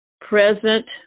present